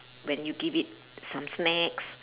when you give it some snacks